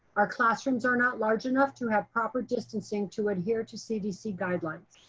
our classrooms are not large enough to have proper distancing, to adhere to cdc guidelines.